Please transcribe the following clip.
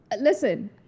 listen